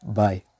bye